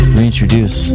reintroduce